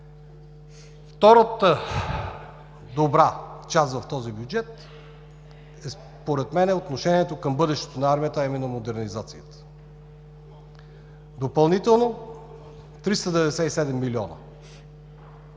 Втората добра част в този бюджет според мен е отношението към бъдещето на армията – модернизацията, допълнително 397 млн.